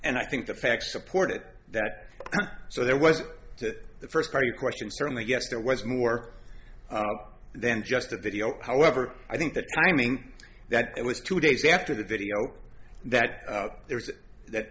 and i think the facts supported that so there was to the first very question certainly yes there was more than just a video however i think the timing that it was two days after the video that there was that